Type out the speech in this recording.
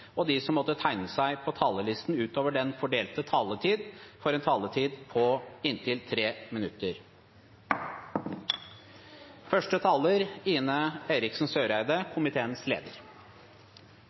og de som måtte tegne seg på talerlisten utover den fordelte taletiden, får en taletid på inntil 3 minutter.